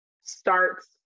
starts